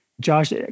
Josh